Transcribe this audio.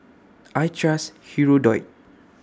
I Trust Hirudoid